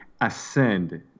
ascend